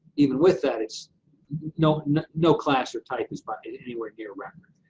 even with that, it's no no class or type is but is anywhere near record,